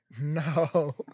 No